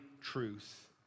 truth